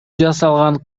жасалган